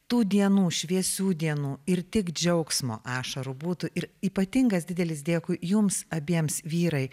tų dienų šviesių dienų ir tik džiaugsmo ašarų būtų ir ypatingas didelis dėkui jums abiems vyrai